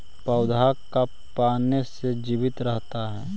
पौधा का पाने से जीवित रहता है?